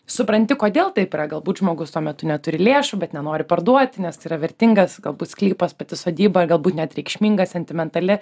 supranti kodėl taip yra galbūt žmogus tuo metu neturi lėšų bet nenori parduoti nes tai yra vertingas galbūt sklypas pati sodyba galbūt net reikšminga sentimentali